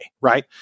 right